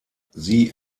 sie